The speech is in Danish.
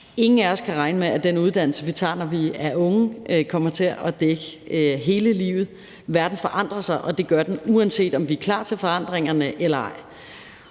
Ingen af os kan regne med, at den uddannelse, vi tager, når vi er unge, kommer til at dække hele livet. Verden forandrer sig, og det gør den, uanset om vi er klar til forandringerne eller ej.